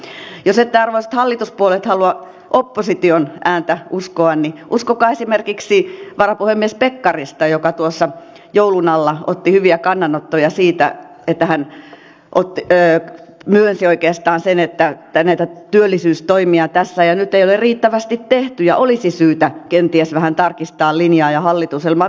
jos ette arvoisat hallituspuolueet halua opposition ääntä uskoa niin uskokaa esimerkiksi varapuhemies pekkarista joka tuossa joulun alla otti hyvin kantaa siihen hän myönsi oikeastaan sen että näitä työllisyystoimia tässä ja nyt ei ole riittävästi tehty ja olisi syytä kenties vähän tarkistaa linjaa ja hallitusohjelmaa